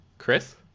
Chris